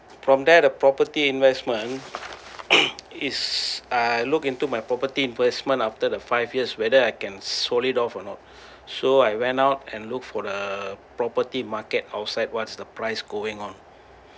from there the property investment is I look into my property in first month after the five years whether I can sold it off or not so I went out and look for the property market outside what's the price going on